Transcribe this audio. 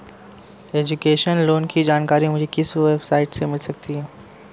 Education loan की जानकारी मुझे किस वेबसाइट से मिल सकती है?